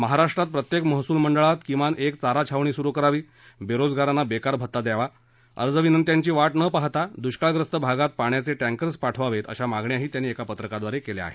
महाराष्ट्रात प्रत्येक महसूल मंडळात किमान एक चारा छावणी सुरू करावी बेरोजगारांना बेकार भत्ता द्यावा अर्ज विनंत्यांची वाट न पाहता दुष्काळग्रस्त भागात पाण्याचे टॅकर्स पाठवावेत अशा मागण्याही त्यांनी एका पत्रकाद्वारे केल्या आहेत